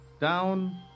down